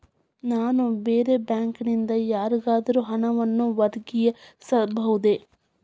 ನಾನು ಬೇರೆ ಬ್ಯಾಂಕ್ ನಿಂದ ಯಾರಿಗಾದರೂ ಹಣವನ್ನು ವರ್ಗಾಯಿಸಬಹುದೇ?